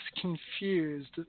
confused